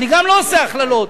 גם אני לא עושה הכללות.